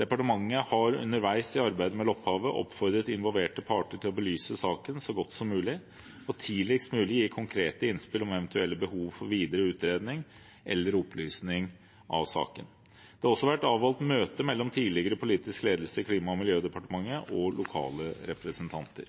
Departementet har underveis i arbeidet med Lopphavet oppfordret involverte parter til å belyse saken så godt som mulig og tidligst mulig gi konkrete innspill om eventuelle behov for videre utredning eller opplysning av saken. Det har også vært avholdt møter mellom tidligere politisk ledelse i Klima- og miljødepartementet og lokale representanter.